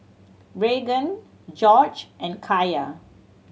Raegan Gorge and Kaya